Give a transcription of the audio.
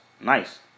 Nice